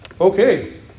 Okay